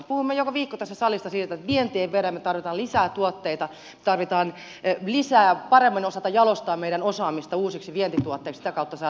puhumme joka viikko tässä salissa siitä että vienti ei vedä me tarvitsemme lisää tuotteita meidän tarvitsee paremmin osata jalostaa meidän osaamistamme uusiksi vientituotteiksi ja sitä kautta saada työllisyyttä